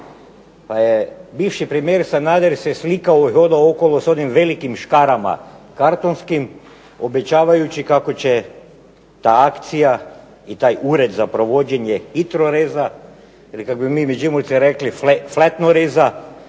pa je bivši premijer Sanader se slikao i hodao okolo sa onim velikim škarama kartonskim obećavajući kako će ta akcija i taj ured za provođenje HITRO REZA ili kako bi mi Međimurci rekli fletno reza